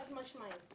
חד משמעית.